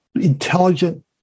intelligent